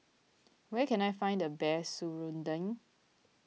where can I find the best Serunding